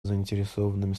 заинтересованными